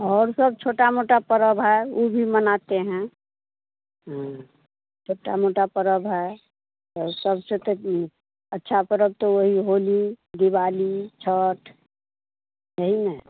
और सब छोटा मोटा परब है उ भी मनाते हैं हाँ छोटा मोटा पर्व है और सब से तो अच्छा पर्व तो वही होली दिवाली छठ यही हैं